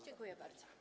Dziękuję bardzo.